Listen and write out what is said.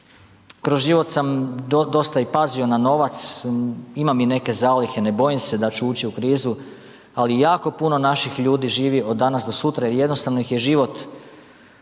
Kroz život sam dosta i pazio na novac, imam i neke zalihe, ne bojim se da ću ući u krizu, ali jako puno naših ljudi živi od danas do sutra jer jednostavno ih je život,